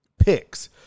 Picks